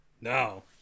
No